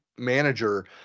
Manager